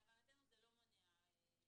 להבנתנו זה לא מונע.